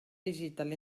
digital